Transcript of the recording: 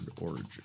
origin